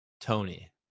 tony